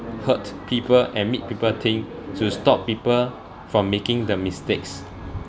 hurt people and make people think to stop people from making the mistakes